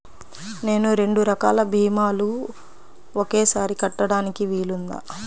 నేను రెండు రకాల భీమాలు ఒకేసారి కట్టడానికి వీలుందా?